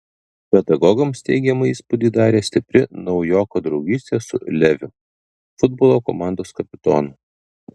pedagogams teigiamą įspūdį darė stipri naujoko draugystė su leviu futbolo komandos kapitonu